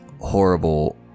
horrible